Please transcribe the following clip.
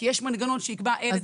כי יש מנגנון שיקבע את תנאי הסף.